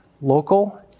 local